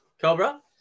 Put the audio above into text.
Cobra